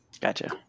Gotcha